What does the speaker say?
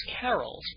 carols